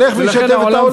אז שילך וישתף את העולם.